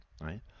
right